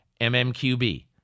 MMQB